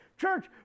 Church